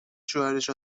شوهرش